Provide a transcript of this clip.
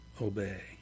obey